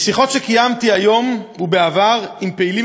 משיחות שקיימתי היום ובעבר עם פעילים